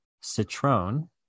citron